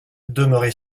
demeuré